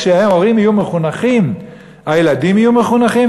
כשההורים יהיו מחונכים הילדים יהיו מחונכים,